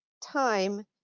Time